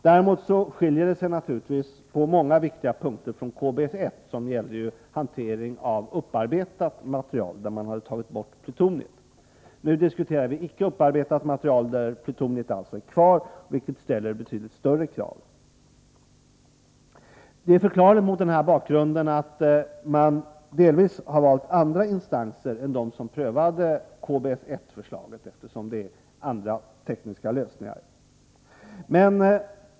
Däremot skiljer sig KBS-3-förslaget på många viktiga punkter från KBS-1-förslaget, som gällde hanteringen av upparbetat material — dvs. utan plutonium. Nu diskuteras material som icke är upparbetat. Det innehåller således plutonium. Därför ställs betydligt större krav på detta material. Eftersom det krävs andra tekniska lösningar för KBS-3-förslaget är det förklarligt att man i viss utsträckning har valt andra instanser än dem som prövade KBS-1-förslaget.